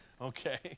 Okay